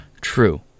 True